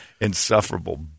insufferable